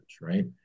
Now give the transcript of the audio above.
right